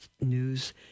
News